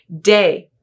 day